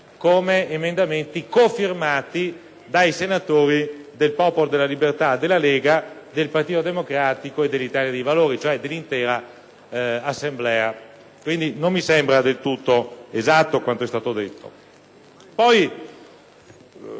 come emendamenti co-firmati dai senatori del Popolo della Libertà, della Lega Nord, del Partito Democratico e dell'Italia dei Valori, cioè dell'intera Assemblea. Non mi sembra, quindi, del tutto esatto quanto è stato detto. Vi